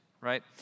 right